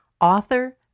author